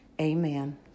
Amen